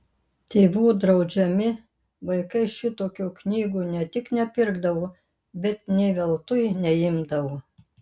tėvų draudžiami vaikai šitokių knygų ne tik nepirkdavo bet nė veltui neimdavo